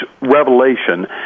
revelation